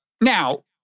now